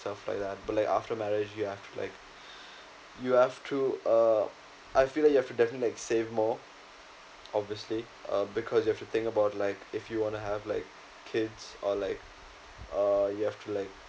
stuff like that but like after marriage you have to like you have to uh I feel like you definitely have to save more obviously uh because you have to think about like if you wanna have like kids or like uh you have to like